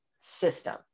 system